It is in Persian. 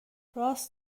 راس